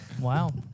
Wow